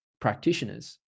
practitioners